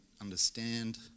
understand